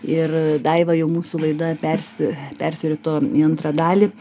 ir daiva jau mūsų laida persi persirito į antrą dalį